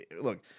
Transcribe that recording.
Look